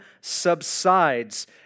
subsides